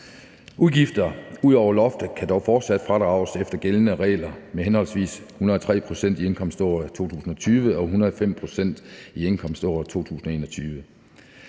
Udgifter ud over loftet kan dog fortsat fradrages efter gældende regler med henholdsvis 103 pct. i indkomståret 2020 og 105 pct. i indkomståret 2021.